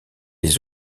les